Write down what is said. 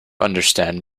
understand